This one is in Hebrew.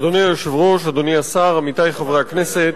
אדוני היושב-ראש, אדוני השר, עמיתי חברי הכנסת,